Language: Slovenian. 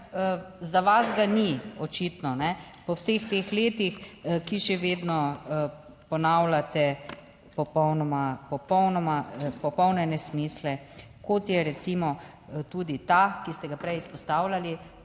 za vas ga ni očitno, po vseh teh letih, ki še vedno ponavljate popolne nesmisle, kot je recimo tudi ta, ki ste ga prej izpostavljali,